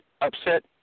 upset